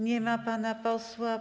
Nie ma pana posła.